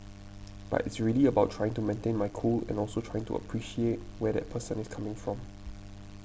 but it's really about trying to maintain my cool and also trying to appreciate where that person is coming from